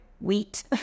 wheat